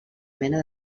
mena